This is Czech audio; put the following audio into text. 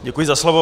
Děkuji za slovo.